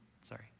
Sorry